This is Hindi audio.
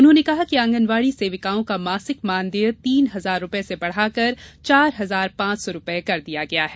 उन्होंने कहा कि आंगनवाड़ी सेविकाओं का मासिक मानदेय तीन हजार रुपए से बढ़ाकर चार हजार पांच सौ रुपए कर दिया गया है